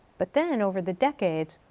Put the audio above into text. but then over the decades,